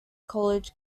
college